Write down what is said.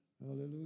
Hallelujah